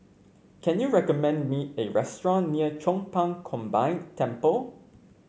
can you recommend me a restaurant near Chong Pang Combined Temple